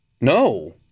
No